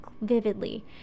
vividly